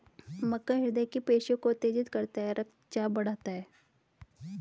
मक्का हृदय की पेशियों को उत्तेजित करता है रक्तचाप बढ़ाता है